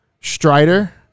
Strider